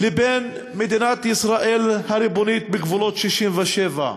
לבין מדינת ישראל הריבונית בגבולות 67',